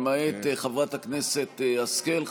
למעט חברת הכנסת השכל,